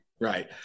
right